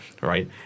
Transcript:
right